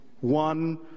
one